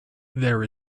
there